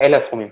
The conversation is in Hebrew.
אלה הסכומים.